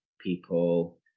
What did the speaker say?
people